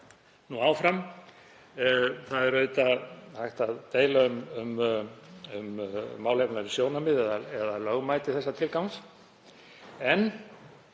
náð.“ Það er auðvitað hægt að deila um málefnaleg sjónarmið eða lögmæti þessa tilgangs